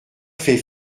fait